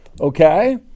Okay